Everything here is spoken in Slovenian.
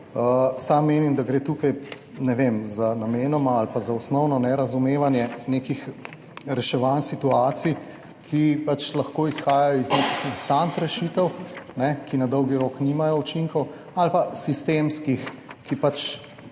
(nadaljevanje) za namenoma ali pa za osnovno nerazumevanje nekih reševanj situacij, ki pač lahko izhajajo iz nekih instant rešitev, ki na dolgi rok nimajo učinkov, ali pa sistemskih, ki pač